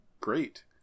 great